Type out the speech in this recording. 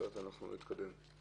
אחרת אנחנו לא נתקדם.